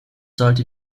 sollte